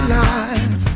life